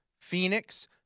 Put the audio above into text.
Phoenix